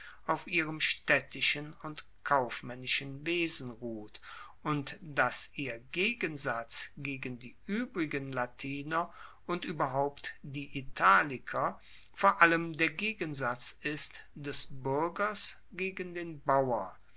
auf ihrem staedtischen und kaufmaennischen wesen ruht und dass ihr gegensatz gegen die uebrigen latiner und ueberhaupt die italiker vor allem der gegensatz ist des buergers gegen den bauer